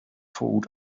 food